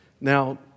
Now